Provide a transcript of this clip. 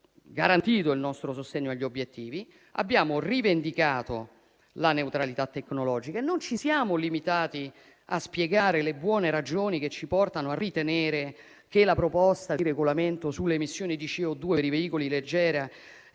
garantito il nostro sostegno agli obiettivi. Abbiamo rivendicato la neutralità tecnologica e non ci siamo limitati a spiegare le buone ragioni che ci portano a ritenere che la proposta di regolamento sulle emissioni di CO2 per i veicoli leggeri